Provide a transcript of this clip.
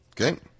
Okay